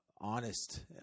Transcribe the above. honest